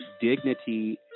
dignity